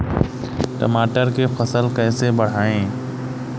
टमाटर के फ़सल कैसे बढ़ाई?